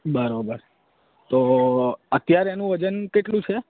બરાબર તો અત્યારે એનું વજન કેટલું છે